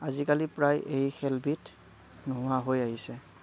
আজিকালি প্ৰায় এই খেলবিধ নোহোৱা হৈ আহিছে